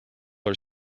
are